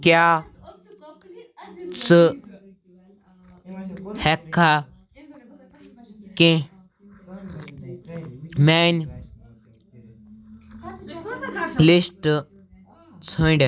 کیٛاہ ژٕ ہیٚکہٕ کھا کیٚنٛہہ میٛٲنۍ لِسٹہٕ ژھانٛڈِتھ ؟